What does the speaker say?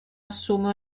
assume